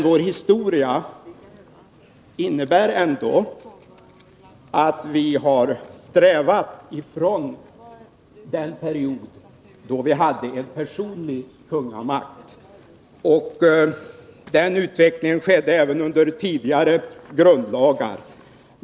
Vår historia visar att vi har strävat efter att eliminera möjligheterna till en personlig kungamakt, och den utvecklingen skedde även under tidigare grundlagar.